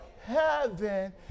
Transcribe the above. heaven